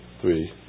three